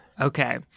Okay